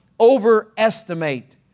overestimate